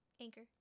Anchor